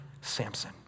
Samson